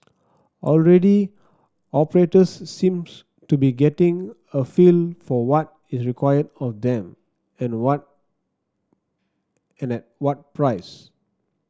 already operators seems to be getting a feel for what is required of them and what and at what price